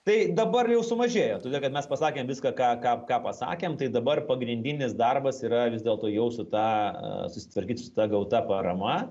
tai dabar jau sumažėjo todėl kad mes pasakėm viską ką ką ką pasakėm tai dabar pagrindinis darbas yra vis dėlto jau su ta susitvarkyt su ta gauta parama